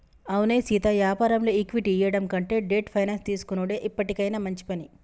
అవునే సీతా యాపారంలో ఈక్విటీ ఇయ్యడం కంటే డెట్ ఫైనాన్స్ తీసుకొనుడే ఎప్పటికైనా మంచి పని